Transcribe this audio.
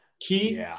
Key